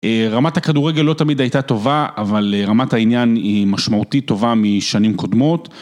רמת הכדורגל לא תמיד הייתה טובה, אבל רמת העניין היא משמעותית טובה משנים קודמות.